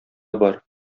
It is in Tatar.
бар